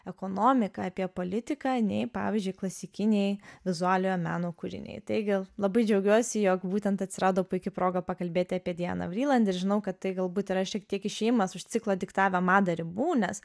ekonomiką apie politiką nei pavyzdžiui klasikiniai vizualiojo meno kūriniai taigi labai džiaugiuosi jog būtent atsirado puiki proga pakalbėti apie dianą vriland nes žinau kad tai galbūt yra šiek tiek išėjimas iš ciklo diktavę madą ribų nes